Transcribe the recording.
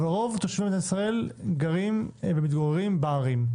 אבל רוב תושבי מדינת ישראל מתגוררים בערים.